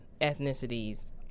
ethnicities